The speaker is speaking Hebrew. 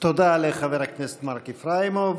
תודה לחבר הכנסת מרק איפראימוב.